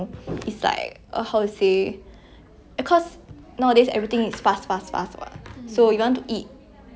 so you want to eat but you only have a certain amount of time to eat and then you can only eat fast food or like ya you can only eat like junk food then I feel like it's very bad lah then